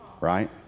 right